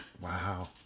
Wow